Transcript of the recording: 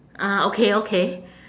ah okay okay